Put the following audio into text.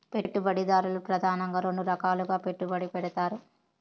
పెట్టుబడిదారులు ప్రెదానంగా రెండు రకాలుగా పెట్టుబడి పెడతారు